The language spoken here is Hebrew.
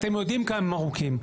אתם יודעים כמה הם ארוכים,